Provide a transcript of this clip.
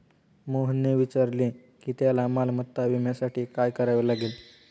मोहनने विचारले की त्याला मालमत्ता विम्यासाठी काय करावे लागेल?